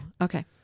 Okay